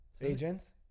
Agents